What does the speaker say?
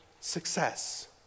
success